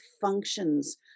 functions